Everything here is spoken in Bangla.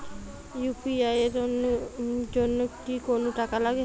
ইউ.পি.আই এর জন্য কি কোনো টাকা লাগে?